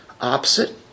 opposite